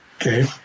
okay